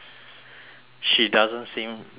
she doesn't seem that done yet